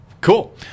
Cool